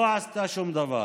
לא עשתה שום דבר.